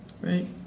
Right